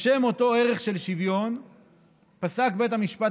בשם אותו ערך של שוויון פסק בית המשפט